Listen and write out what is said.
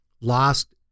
lost